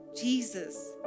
Jesus